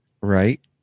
Right